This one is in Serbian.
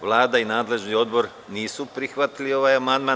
Vlada i nadležni odbor nisu prihvatili ovaj amandman.